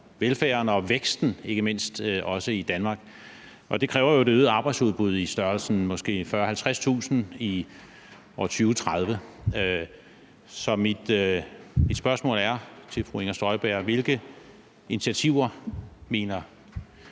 velfærden og væksten, ikke mindst, også i Danmark. Og det kræver jo et øget arbejdsudbud i størrelsesordenen måske 40.000-50.000 i 2030. Så mit spørgsmål til fru Inger Støjberg er: Hvilke initiativer mener